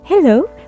Hello